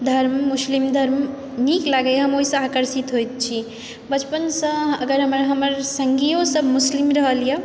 धर्म मुस्लिम धर्म नीक लागैया हम ओहिसंँ आकर्षित होइत छी बचपनसँ अगर हमर सङ्गीयो सब मुस्लिम रहलै